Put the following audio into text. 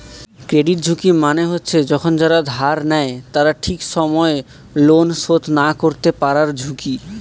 credit ঝুঁকি মানে হচ্ছে যখন যারা ধার নেয় তারা ঠিক সময় লোন শোধ না করতে পারার ঝুঁকি